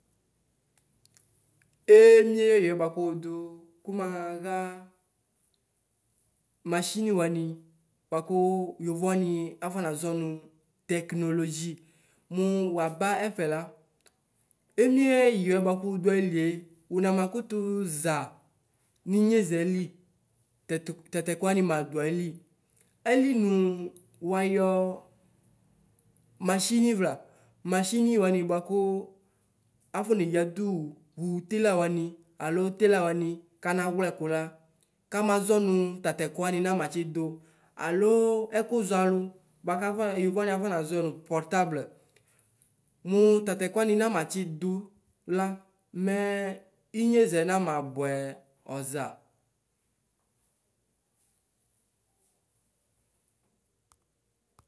Emie ewiɛ bʋakʋ wʋdʋ kumaha mashini wani bʋakʋ yovo wani afɔnazɔ nʋ teknolozi. Mʋ waba ɛfɛla emie ɛyɛ buakʋ wʋdʋ ayilie wʋna makʋza ninyezɛli tatʋ ɛkʋwanu bʋakʋ afɔneya dʋwʋ wʋ tela wani alo tela wani kanawlɛkɔ la kamazɔnʋ tatɛkʋ wani namatsi dʋ alo ɛkʋzɔalʋ bʋakʋ afɔnazɔɛ yovo wani afɔ nazɔɛ nʋ pɔtabl mʋ tatɛkʋ wani namatsidʋla mɛ inyezɛ nama bʋɛ ɔza.